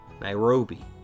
Nairobi